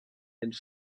and